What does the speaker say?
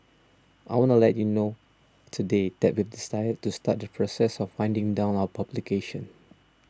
I want to let you know today that we've decided to start the process of winding down our publication